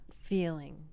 feeling